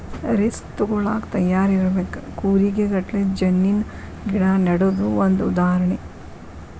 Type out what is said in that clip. risk ತುಗೋಳಾಕ ತಯಾರ ಇರಬೇಕ, ಕೂರಿಗೆ ಗಟ್ಲೆ ಜಣ್ಣಿನ ಗಿಡಾ ನೆಡುದು ಒಂದ ಉದಾಹರಣೆ